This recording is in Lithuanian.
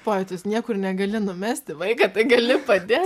pojūtis niekur negali numesti vaiką tai gali padėt